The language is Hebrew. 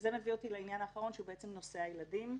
זה מביא אותי לעניין האחרון והוא נושא הילדים.